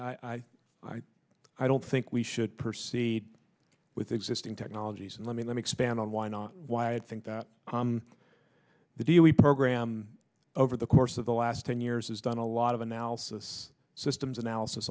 statement i i don't think we should proceed with existing technologies and let me let me expand on why not why i think that the deal we program over the course of the last ten years has done a lot of analysis systems analysis